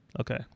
okay